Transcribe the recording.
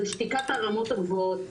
זה שתיקת הרמות הגבוהות,